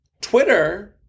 Twitter